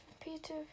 Peter